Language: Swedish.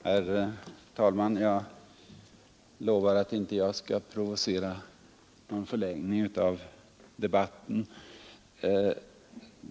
Herr talman! Jag lovar att jag inte skall provocera någon förlängning av debatten.